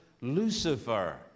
Lucifer